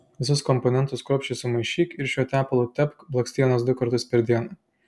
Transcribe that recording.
visus komponentus kruopščiai sumaišyk ir šiuo tepalu tepk blakstienas du kartus per dieną